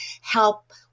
help